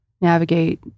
navigate